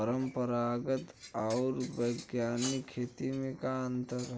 परंपरागत आऊर वैज्ञानिक खेती में का अंतर ह?